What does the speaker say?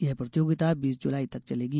यह प्रतियोगिता बीस जुलाई तक चलेगी